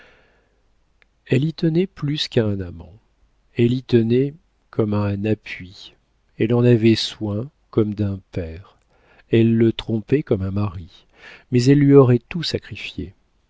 elle y tenait plus qu'à un amant elle y tenait comme à un appui elle en avait soin comme d'un père elle le trompait comme un mari mais elle lui aurait tout sacrifié